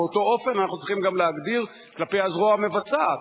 באותו אופן אנחנו צריכים גם להגדיר כלפי הזרוע המבצעת,